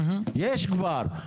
יש כבר.